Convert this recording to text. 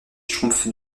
schtroumpfs